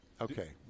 Okay